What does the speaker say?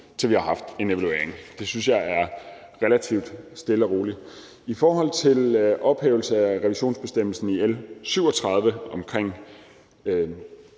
til vi har haft en evaluering. Det synes jeg er relativt stille og roligt. I forhold til ophævelse af revisionsbestemmelsen i L 37 om